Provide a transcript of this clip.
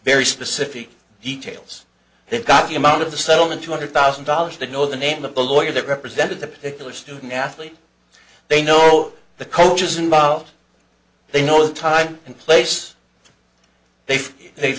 very specific details they've got the amount of the settlement two hundred thousand dollars they know the name of the lawyer that represented the particular student athlete they know the coaches involved they know the time and place they've they